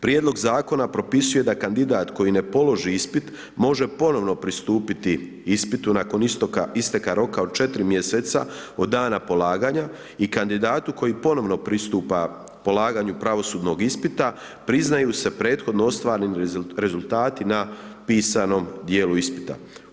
Prijedlog zakona propisuje da kandidat koji ne položi ispit, može ponovno pristupiti ispitu nakon isteka roka od 4 mj. od dana polaganja i kandidatu koji ponovno pristupa polaganju pravosudnog ispita, priznaju se prethodno ostvareni rezultati na pisanom djelu ispita.